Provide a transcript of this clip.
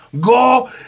go